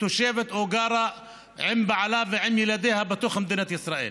תושבת או לגור עם בעלה ועם ילדיה בתוך מדינת ישראל.